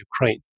Ukraine